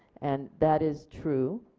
and that is true.